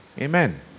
Amen